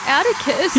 Atticus